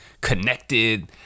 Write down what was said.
connected